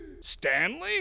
Stanley